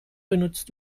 benutzt